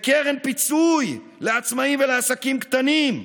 בקרן פיצוי לעצמאים ולעסקים קטנים.